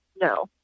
No